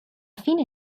fine